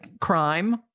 crime